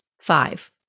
Five